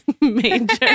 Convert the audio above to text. major